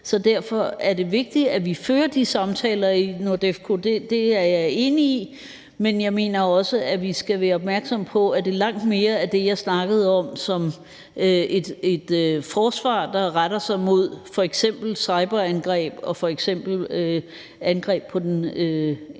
Derfor er det vigtigt, at vi fører de samtaler i NORDEFCO, det er jeg enig i, men jeg mener også, at vi skal være opmærksomme på langt mere af det, jeg omtalte som et forsvar, der retter sig mod f.eks. cyberangreb og angreb på den vitale